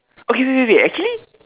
okay wait wait wait actually